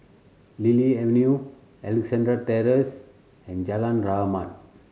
Lily Avenue Alexandra Terrace and Jalan Rahmat